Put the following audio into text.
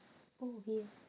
oh here